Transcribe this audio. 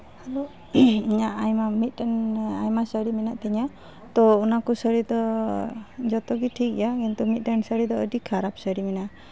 ᱤᱧᱟᱹᱜ ᱟᱭᱢᱟ ᱢᱤᱫᱴᱮᱱ ᱟᱭᱢᱟ ᱥᱟᱹᱲᱤ ᱢᱮᱱᱟᱜ ᱛᱤᱧᱟᱹ ᱛᱚ ᱚᱱᱟ ᱠᱚ ᱥᱟᱹᱲᱤ ᱫᱚ ᱡᱚᱛᱚ ᱜᱮ ᱴᱷᱤᱠ ᱜᱮᱭᱟ ᱠᱤᱱᱛᱩ ᱢᱤᱫᱴᱮᱱ ᱥᱟᱹᱲᱤ ᱫᱚ ᱟᱹᱰᱤ ᱠᱷᱟᱨᱟᱯ ᱥᱟᱹᱲᱤ ᱢᱮᱱᱟᱜᱼᱟ